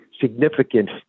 significant